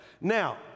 Now